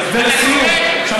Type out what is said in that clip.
ולסיום, ולסיום.